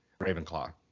Ravenclaw